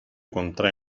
contrae